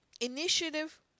initiative